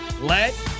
Let